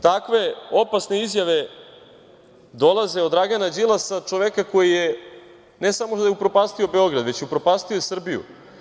Takve opasne izjave dolaze od Dragana Đilasa, čoveka koji, ne samo da je upropastio Beograd, već je upropastio i Srbiju.